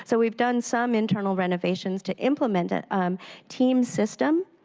so we've done some internal renovations to implement a team system.